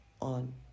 on